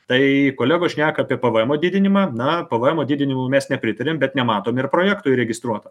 tai kolegos šneka apie pvmo didinimą na pvmo didinimui mes nepritariam bet nematom ir projektų įregistruota